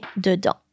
dedans